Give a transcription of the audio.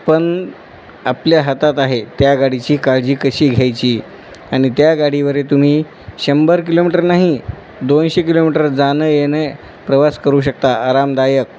पण आपल्या हातात आहे त्या गाडीची काळजी कशी घ्यायची आणि त्या गाडीवर तुम्ही शंभर किलोमीटर नाही दोनशे किलोमीटर जाणं येणं प्रवास करू शकता आरामदायक